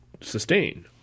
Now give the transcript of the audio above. sustain